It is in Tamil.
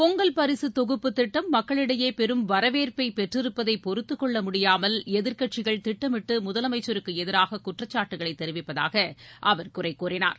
பொங்கல் பரிசு தொகுப்புத் திட்டம் மக்களிடையே பெரும் வரவேற்பை பெற்றிருப்பதை பொறுத்துக்கொள்ள முடியாமல் எதிர்க்கட்சிகள் திட்டமிட்டு முதலமைச்சருக்கு எதிராக குற்றச்சாட்டுக்களை தெரிவிப்பதாக அவர் குறை கூறினார்